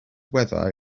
weather